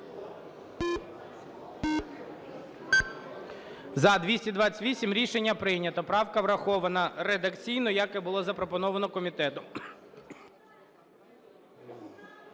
За-228 Рішення прийнято. Правка врахована редакційно, як і було запропоновано комітетом.